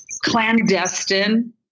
clandestine